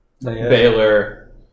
Baylor